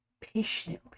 patiently